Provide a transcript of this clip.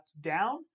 down